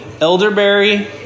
elderberry